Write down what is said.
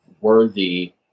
worthy